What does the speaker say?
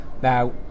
Now